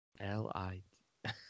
L-I